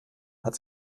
hat